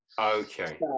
Okay